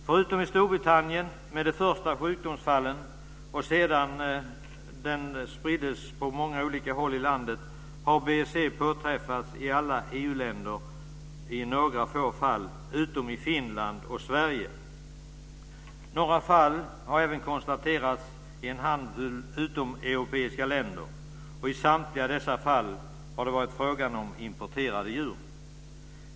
Förutom i Storbritannien, med de första sjukdomsfallen - den spriddes på många olika håll i landet - har BSE påträffats i alla EU-länder i några få fall utom i Finland och i Sverige. Några fall har även konstateras i en handfull utomeuropeiska länder. Och i samtliga dessa fall har det varit fråga om importerade djur.